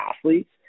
athletes